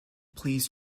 please